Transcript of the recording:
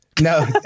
No